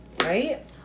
right